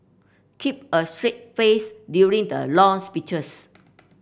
keep a straight face during the long speeches